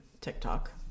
TikTok